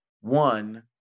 one